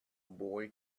boy